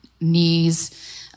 knees